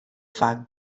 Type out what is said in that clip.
faak